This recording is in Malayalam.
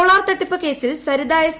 സോളാർ തട്ടിപ്പ് കേസിൽ സരിത എസ്